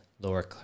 lower